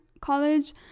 college